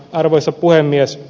arvoisa puhemies